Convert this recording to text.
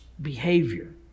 behavior